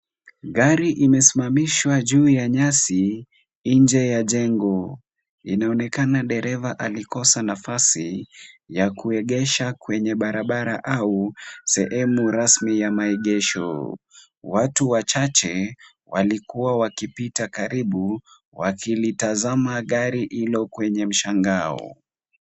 Gari limesimamishwa juu ya nyasi nje ya jengo. Inaonekana dereva alikosa nafasi ya kuegesha kwenye barabara au sehemu rasmi ya maegesho. Watu wachache walikuwa wakipita karibu, wakilitazama gari hilo kwa mshangao.